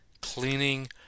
cleaning